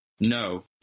No